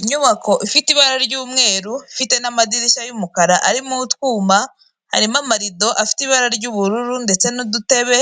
Inyubako ifite ibara ry'umweru ifite n'amadirishya y'umukara arimo utwuma, harimo amarido afite ibara ry'ubururu ndetse n'udutebe,